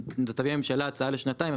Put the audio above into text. אם תביא הממשלה הצעה לשנתיים,